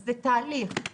זה תהליך,